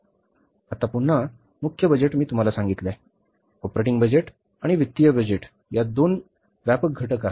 आता पुन्हा मुख्य बजेट मी तुम्हाला सांगितले ऑपरेटिंग बजेट आणि वित्तीय बजेटयात दोन व्यापक घटक आहेत